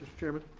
chairman?